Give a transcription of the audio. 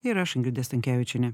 ir aš ingrida stankevičienė